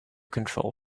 control